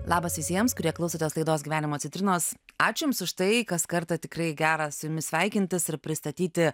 labas visiems kurie klausotės laidos gyvenimo citrinos ačiū jums už tai kas kartą tikrai gera su jumis sveikintis ir pristatyti